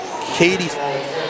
Katie